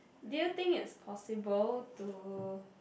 do you think it's possible to